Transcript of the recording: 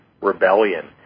rebellion